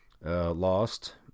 lost